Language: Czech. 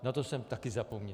Na to jsem také zapomněl.